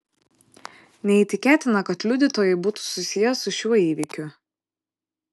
neįtikėtina kad liudytojai būtų susiję su šiuo įvykiu